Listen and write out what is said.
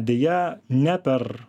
deja ne per